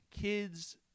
kids